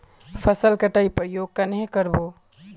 फसल कटाई प्रयोग कन्हे कर बो?